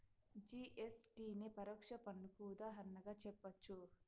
GST నే పరోక్ష పన్నుకు ఉదాహరణగా జెప్పచ్చు